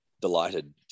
delighted